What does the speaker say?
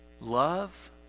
love